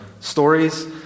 stories